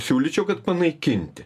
siūlyčiau kad panaikinti